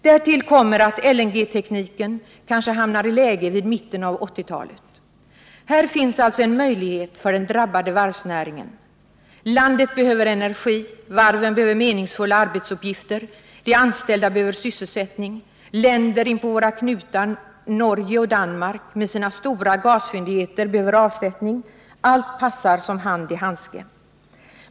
Därtill kommer att LNG-tekniken kanske hamnar i läge vid mitten av 1980-talet. Här finns alltså en möjlighet för den drabbade varvsnäringen. Landet behöver energi, varven behöver meningsfulla arbetsuppgifter, de anställda behöver sysselsättning, länder inpå våra knutar — Norge och Danmark med sina stora gasfyndigheter — behöver avsättning. Allt passar som hand i handske.